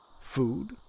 Food